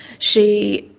she